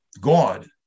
God